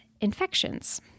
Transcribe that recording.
infections